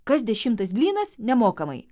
kas dešimtas blynas nemokamai